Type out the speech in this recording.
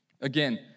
Again